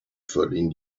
following